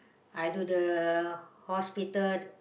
I do the hospital